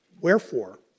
Wherefore